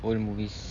old movies